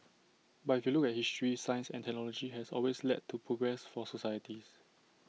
but if you look at history science and technology has always led to progress for societies